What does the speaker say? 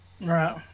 right